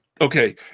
Okay